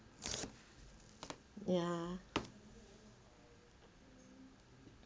ya